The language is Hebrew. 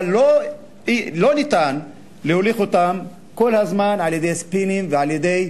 אבל אי-אפשר להוליך אותם כל הזמן על-ידי ספינים ועל-ידי